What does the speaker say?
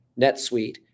NetSuite